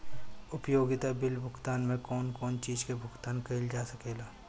उपयोगिता बिल भुगतान में कौन कौन चीज के भुगतान कइल जा सके ला?